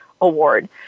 Award